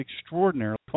extraordinarily